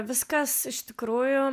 viskas iš tikrųjų